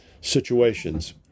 situations